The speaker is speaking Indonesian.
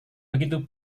begitu